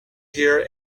here